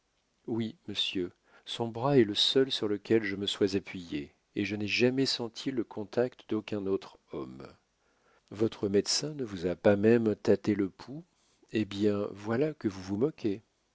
oui monsieur son bras est le seul sur lequel je me sois appuyée et je n'ai jamais senti le contact d'aucun autre homme votre médecin ne vous a pas même tâté le pouls eh bien voilà que vous vous moquez